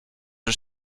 are